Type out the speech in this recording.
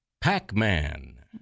Pac-Man